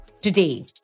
today